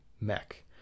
mech